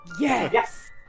Yes